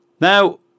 Now